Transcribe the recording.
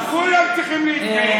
כולם צריכים להתגייס,